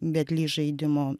vedlys žaidimo